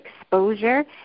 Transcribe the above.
exposure